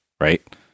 right